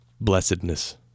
blessedness